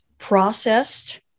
processed